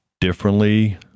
differently